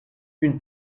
une